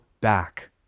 back